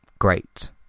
Great